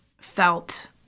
felt